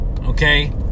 Okay